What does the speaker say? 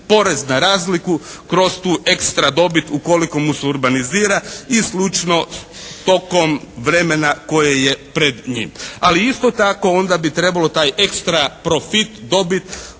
porez na razliku kroz tu ekstra dobit ukoliko mu se urbanizira i slično tokom vremena koje je pred njim. Ali isto tako onda bi trebalo taj ekstra profit, dobit,